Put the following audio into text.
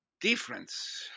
difference